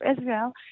Israel